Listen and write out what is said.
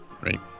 Right